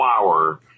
flower